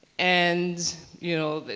and you know,